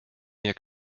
mir